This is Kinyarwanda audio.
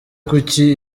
kuki